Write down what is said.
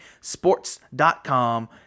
sports.com